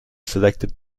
selected